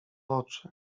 oczy